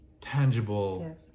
tangible